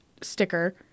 sticker